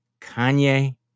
kanye